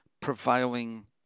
prevailing